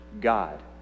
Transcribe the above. God